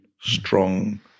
strong –